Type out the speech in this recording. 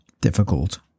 difficult